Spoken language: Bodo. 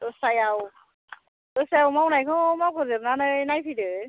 दस्रायाव मावनायखौ मावग्रो जोबनानै नायफैदो